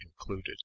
included